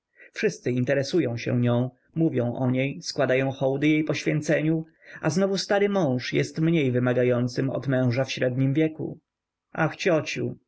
wszyscy interesują się nią mówią o niej składają hołdy jej poświęceniu a znowu stary mąż jest mniej wymagającym od męża w średnim wieku ach ciociu